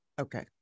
Okay